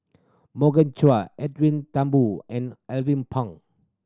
Morgan Chua Edwin Thumboo and Alvin Pang